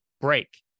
break